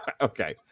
Okay